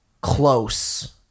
close